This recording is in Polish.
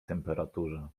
temperaturze